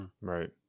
Right